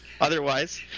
Otherwise